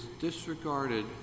disregarded